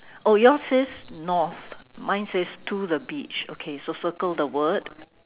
oh yours says north mine says to the beach okay so circle the word